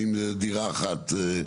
עם דירה אחת.